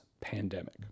pandemic